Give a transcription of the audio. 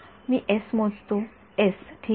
मी S मोजतो S ठीक आहे